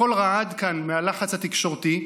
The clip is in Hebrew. הכול רעד כאן מהלחץ התקשורתי,